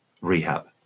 rehab